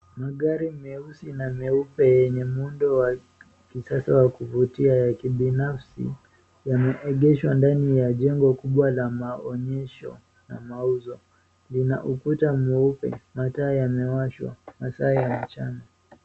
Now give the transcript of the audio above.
Magari meusi na meupe yenye muundo wa kisasa wa kuvutia y kibinafsi yameegeshwa ndani ya jengo kubwa la maonyesho na mauzo. Lina ukuta mweupe, mataa yamewashwa masaa ya mchana.